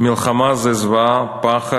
מלחמה זה זוועה, פחד,